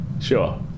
Sure